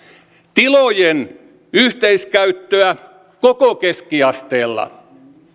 tilojen yhteiskäyttöä koko keskiasteella